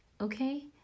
Okay